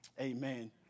Amen